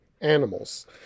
animals